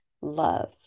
love